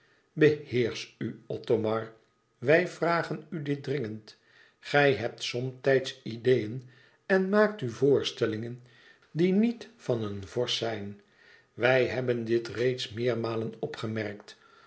u othomar wij vragen u dit dringend gij hebt somtijds ideeën en maakt u voorstellingen die niet van een vorst zijn wij hebben dit reeds meermalen opgemerkt